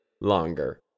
longer